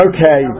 Okay